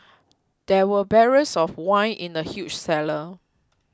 there were barrels of wine in the huge cellar